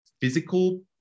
physical